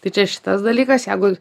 tai čia šitas dalykas jeigu